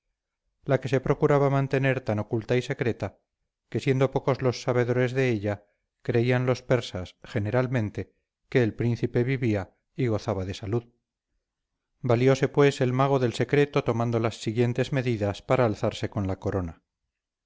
la que se procuraba mantener tan oculta y secreta que siendo pocos los sabedores de ella creían los persas generalmente que el príncipe vivía y gozaba de salud valióse pues el mago del secreto tomando las siguientes medidas para alzarse con la corona